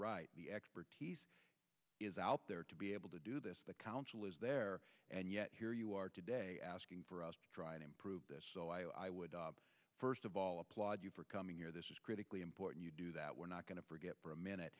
right the expertise is out there to be able to do this the council is there and yet here you are today asking for us to try and improve this so i would first of all applaud you for coming here this is critically important you do that we're not going to forget for a minute